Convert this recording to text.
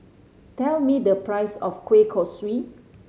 tell me the price of kueh kosui